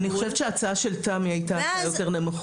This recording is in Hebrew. אני חושבת שההצעה של תמי הייתה נכונה יותר.